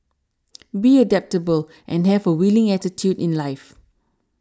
be adaptable and have a willing attitude in life